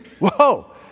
Whoa